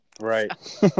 Right